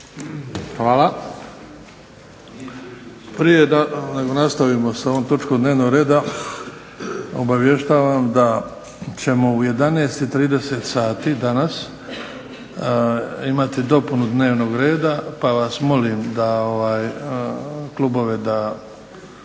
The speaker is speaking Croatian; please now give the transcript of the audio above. Hvala. Prije nego nastavimo s ovom točkom dnevnog reda obavještavam da ćemo u 11,30 sati danas imati dopunu dnevnog reda pa vas molim da klubove da